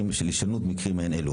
הישנות המקרים האלה.